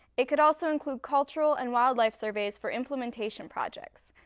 it could also include cultural and wildlife surveys for implementation projects.